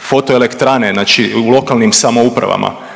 foto elektrane znači u lokalnim samoupravama,